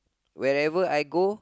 wherever I go